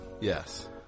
Yes